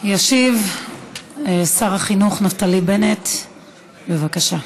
ישיב שר החינוך נפתלי בנט, בבקשה,